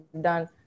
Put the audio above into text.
done